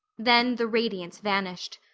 then the radiance vanished.